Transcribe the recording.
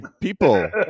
people